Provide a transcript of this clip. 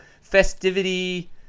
festivity